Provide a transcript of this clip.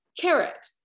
carrot